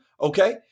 okay